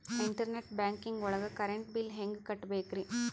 Internet banking ಒಳಗ್ current bill ಹೆಂಗ್ ಕಟ್ಟ್ ಬೇಕ್ರಿ?